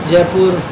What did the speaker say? Jaipur